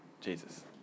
Jesus